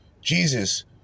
Jesus